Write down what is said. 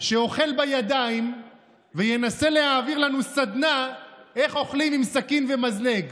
שאוכל בידיים וינסה להעביר לנו סדנה איך אוכלים עם סכין ומזלג,